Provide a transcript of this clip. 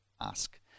ask